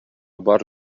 бар